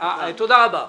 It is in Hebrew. תודה רבה.